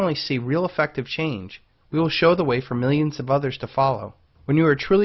only see real effective change we will show the way for millions of others to follow when you are truly